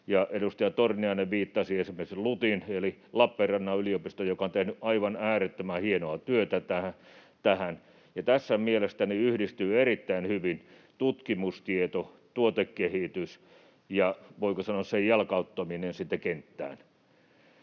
Edustaja Torniainen viittasi esimerkiksi LUTiin eli Lappeenrannan yliopistoon, joka on tehnyt aivan äärettömän hienoa työtä tässä, ja tässä mielestäni yhdistyy erittäin hyvin tutkimustieto, tuotekehitys ja, voiko sanoa, sen jalkauttaminen kentälle.